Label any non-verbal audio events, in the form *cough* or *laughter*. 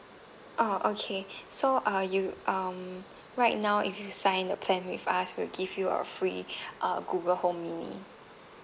oh okay *breath* so uh you um right now if you sign the plan with us we'll give you a free *breath* uh Google home mini